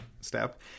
step